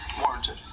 warranted